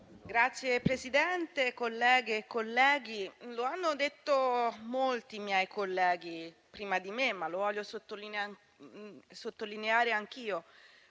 Signor Presidente, colleghe e colleghi, lo hanno detto molti miei colleghi prima di me, ma lo voglio sottolineare anch'io: